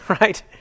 right